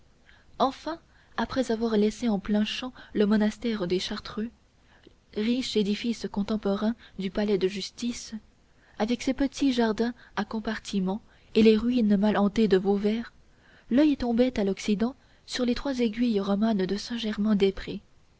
enfin après avoir laissé en plein champ le monastère des chartreux riche édifice contemporain du palais de justice avec ses petits jardins à compartiments et les ruines mal hantées de vauvert l'oeil tombait à l'occident sur les trois aiguilles romanes de saint-germain-des-prés